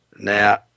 Now